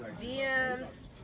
DMs